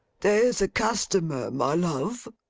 there's a customer, my love